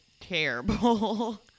terrible